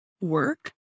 work